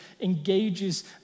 engages